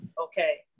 okay